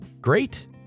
Great